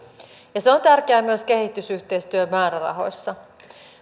ja se on tärkeää myös kehitysyhteistyömäärärahoissa